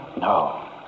No